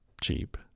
cheap